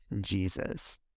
Jesus